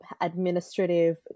administrative